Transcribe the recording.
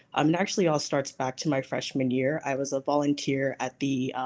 i'm actually all starts back to my freshman year. i was a volunteer at the